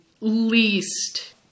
least